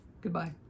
Goodbye